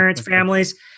families